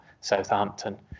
Southampton